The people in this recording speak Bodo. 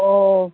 अह